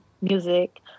music